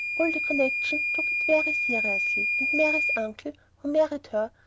all the connection took it very seriously and mary's uncle, who married her,